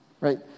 Right